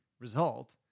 result